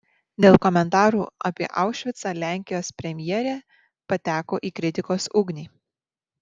dėl komentarų apie aušvicą lenkijos premjerė pateko į kritikos ugnį